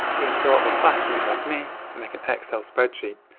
you can go old-fashioned like me and make an excel spreadsheet.